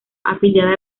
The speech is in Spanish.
afiliada